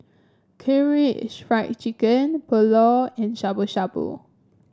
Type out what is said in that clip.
Karaage Fried Chicken Pulao and Shabu Shabu